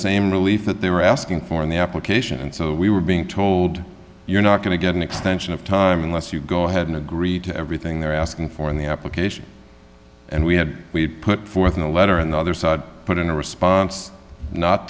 same relief that they were asking for in the application and so we were being told you're not going to get an extension of time unless you go ahead and agree to everything they're asking for in the application and we had we put forth a letter in the other side put in a response not